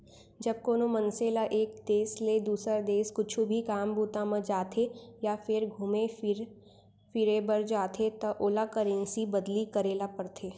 जब कोनो मनसे ल एक देस ले दुसर देस कुछु भी काम बूता म जाथे या फेर घुमे फिरे बर जाथे त ओला करेंसी बदली करे ल परथे